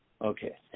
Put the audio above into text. Okay